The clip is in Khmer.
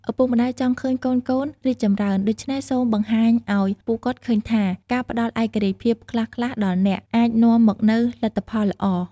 ឪពុកម្ដាយចង់ឃើញកូនៗរីកចម្រើន ដូច្នេះ សូមបង្ហាញឲ្យពួកគាត់ឃើញថា ការផ្ដល់ឯករាជ្យភាពខ្លះៗដល់អ្នក អាចនាំមកនូវលទ្ធផលល្អ។